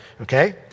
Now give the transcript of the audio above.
okay